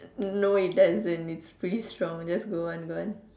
no it doesn't it's pretty strong just go on go on